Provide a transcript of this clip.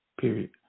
period